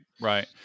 right